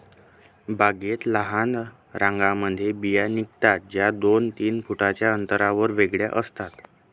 बागेत लहान रांगांमध्ये बिया निघतात, ज्या दोन तीन फुटांच्या अंतरावर वेगळ्या असतात